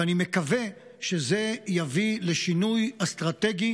ואני מקווה שזה יביא לשינוי אסטרטגי